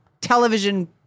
television